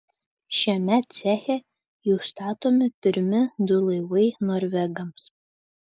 šiame ceche jau statomi pirmi du laivai norvegams